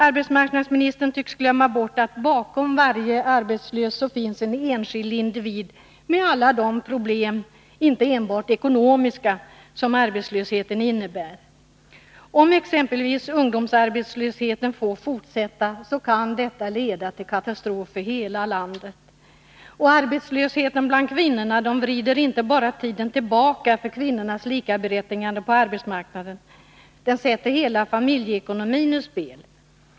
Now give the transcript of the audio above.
Arbetsmarknadsministern tycks glömma bort att det bakom varje arbetslös i statistiken finns en enskild individ med alla de problem —- inte enbart ekonomiska — som arbetslösheten innebär. Om exempelvis utvecklingen av ungdomsarbetslösheten får fortsätta, kan detta leda till en katastrof för hela landet. Och arbetslösheten bland kvinnorna vrider inte bara tiden tillbaka när det gäller kvinnornas likaberättigande på arbetsmarknaden — den sätter hela familjeekonomin ur spel.